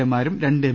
A മാരും രണ്ട് M